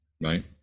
right